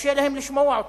וקשה להם לשמוע אותם.